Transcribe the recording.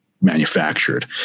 manufactured